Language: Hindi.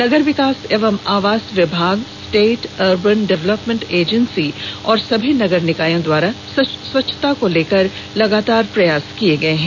नगर विकास एवं आवास विभाग स्टेट अर्बन डेवलपमेंट एजेंसी और सभी नगर निकायों द्वारा स्वच्छता को लेकर लगातार प्रयास किए गए हैं